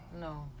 no